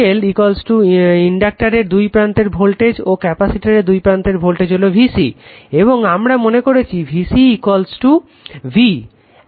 VL ইনডাটারের দুই প্রান্তে ভোল্টেজ ও ক্যাপাসিটরের দুই প্রান্তে ভোল্টেজ হলো VC এবং আমারা মনে করছি VC V